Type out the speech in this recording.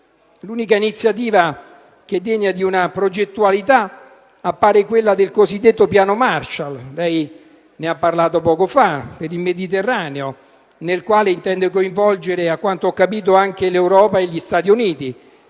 L'unica iniziativa degna di una progettualità appare quella del cosiddetto Piano Marshall per il Mediterraneo, nel quale intende coinvolgere, a quanto ho capito, anche l'Europa e gli Stati Uniti.